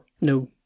No